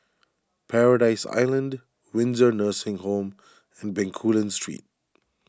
Paradise Island Windsor Nursing Home and Bencoolen Street